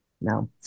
no